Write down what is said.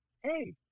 hey